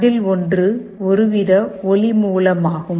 அதில் ஒன்று ஒருவித ஒளி மூலமாகும்